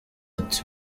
ati